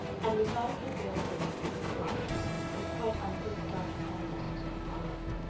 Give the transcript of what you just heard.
and regarding her balefully through his glasses with quite undisguised animosity, asked,